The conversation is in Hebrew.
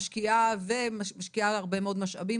משקיעה ומשקיעה הרבה מאוד משאבים